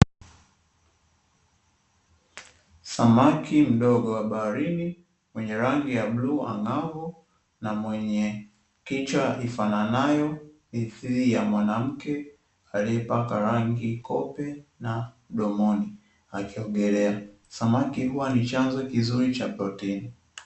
Samaki mdogo wa baharini mwenye rangi ya bluu ang'avu na mwenye kichwa ifananayo mithili ya mwanamke aliyepaka rangi kope na mdomoni, akiogelea samaki huwa ni chanzo kizuri cha protini.